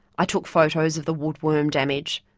i took photos of the woodworm damage,